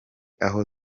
aho